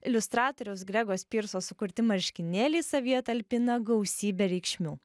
iliustratoriaus grego spyrso sukurti marškinėliai savyje talpina gausybę reikšmių